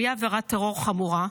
שהיא עבירת טרור חמורה,